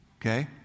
okay